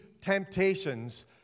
temptations